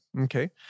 Okay